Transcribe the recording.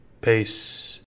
peace